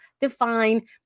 define